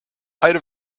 height